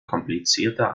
komplizierter